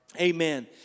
Amen